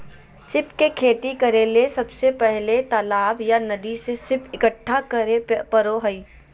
सीप के खेती करेले सबसे पहले तालाब या नदी से सीप इकठ्ठा करै परो हइ